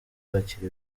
bakira